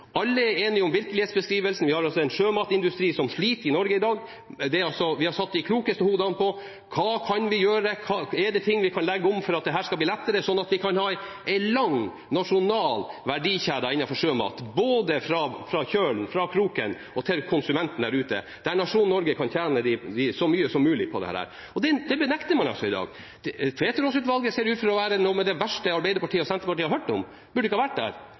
Alle er enige om virkelighetsbeskrivelsen. Vi har en sjømatindustri i Norge som sliter i dag, og vi har satt de klokeste hodene på dette: hva vi vil gjøre, om det er ting vi kan legge om slik at dette blir lettere, slik at vi kan ha en lang nasjonal verdikjede innenfor sjømat – fra kjølen, fra kroken og til konsumenten der ute, så nasjonen Norge kan tjene så mye som mulig på dette. Det benekter man altså i dag. Tveterås-utvalget ser ut til å være noe av det verste Arbeiderpartiet og Senterpartiet har hørt om, det burde ikke ha vært der.